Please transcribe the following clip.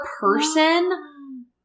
person